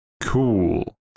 Cool